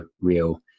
real